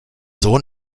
sohn